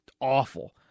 awful